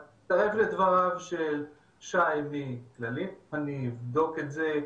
אני מצטרף לדבריו של שי מכללית, אני אבדוק את זה,